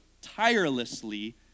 tirelessly